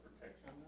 protection